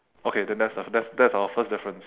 okay then that's the that's that's our first difference